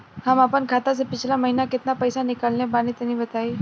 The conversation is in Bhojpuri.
हम आपन खाता से पिछला महीना केतना पईसा निकलने बानि तनि बताईं?